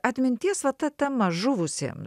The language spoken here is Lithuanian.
atminties va ta tema žuvusiem